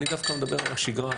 ואני דווקא מדבר על השגרה,